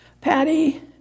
Patty